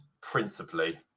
principally